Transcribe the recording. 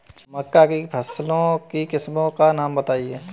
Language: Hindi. मक्का की फसल की किस्मों का नाम बताइये